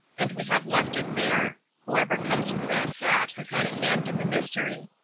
and we have left it there. whoever comes for that hat has had a hand in the mystery.